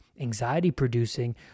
anxiety-producing